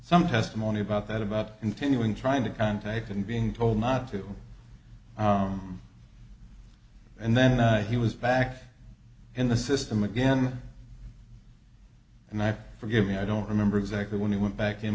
some testimony about that about continuing trying to contact and being told not to and then he was back in the system again and i forgive me i don't remember exactly when he went back in